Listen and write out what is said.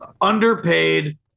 underpaid